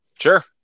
Sure